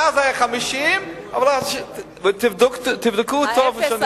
אז זה היה 50, אבל, תבדקו טוב מה שאני אומר.